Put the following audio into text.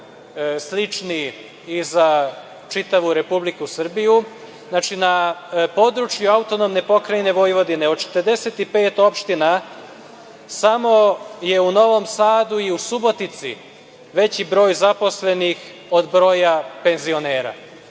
slični i za čitavu Republiku Srbiju. Znači, na području AP Vojvodine, od 45 opština, samo je u Novom Sadu i Subotici veći broj zaposlenih od broja penzionera.